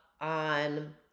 on